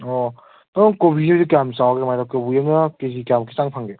ꯑꯣ ꯇꯥꯃꯣ ꯀꯦꯕꯤꯁꯦ ꯍꯧꯖꯤꯛ ꯀꯌꯥꯝ ꯆꯥꯎꯔꯒꯦ ꯀꯃꯥꯏꯅ ꯇꯧꯒꯦ ꯀꯣꯕꯤ ꯑꯃꯅ ꯀꯦ ꯖꯤ ꯀꯌꯥꯃꯨꯛꯀꯤ ꯆꯥꯡ ꯐꯪꯒꯦ